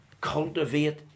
cultivate